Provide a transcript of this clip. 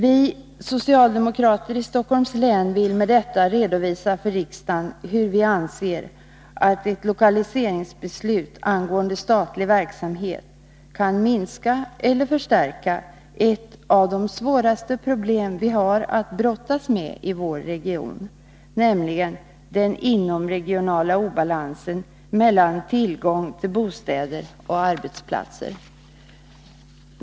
Vi socialdemokrater i Stockholms län vill med detta redovisa för riksdagen hur vi anser att ett lokaliseringsbeslut angående statlig verksamhet kan minska eller förstärka ett av de svåraste problem vi har att brottas med i vår region, nämligen den inomregionala obalansen i tillgången till bostäder och arbetsplatser.